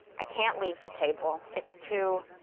i can't leave the table, it's too,